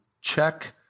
check